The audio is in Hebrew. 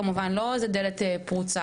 כמובן שלא איזו דלת פרוצה,